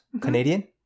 Canadian